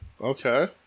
Okay